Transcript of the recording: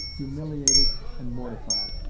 humiliated and mortified.